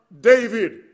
David